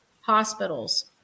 hospitals